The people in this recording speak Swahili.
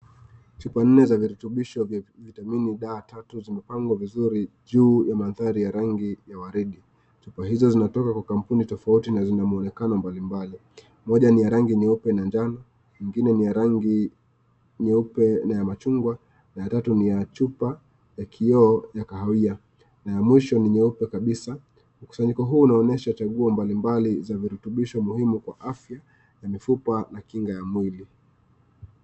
Huku naiona mama amekaa chini, anafurahia kukamua ng'ombe ya maziwa. Huyu mama amejifunika na leso, na amefunga ng'ombe miguu yake ili asisumbue wakati anaikamua. Huyu mama anaifurahia kukamua sana.